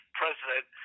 president